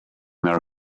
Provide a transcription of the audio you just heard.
their